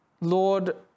Lord